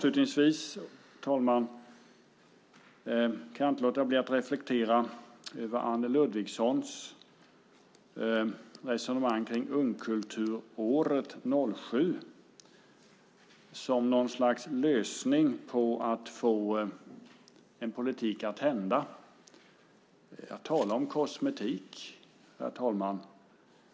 Slutligen, herr talman, kan jag inte låta bli att reflektera över Anne Ludvigssons resonemang kring ungkulturåret 2007 som något slags politiklösning för att något ska hända. Det är kosmetik.